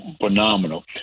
Phenomenal